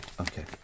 okay